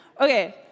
Okay